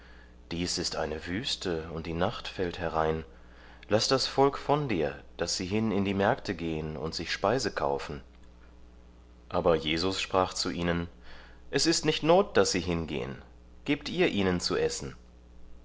dies ist eine wüste und die nacht fällt herein laß das volk von dir daß sie hin in die märkte gehen und sich speise kaufen aber jesus sprach zu ihnen es ist nicht not daß sie hingehen gebt ihr ihnen zu essen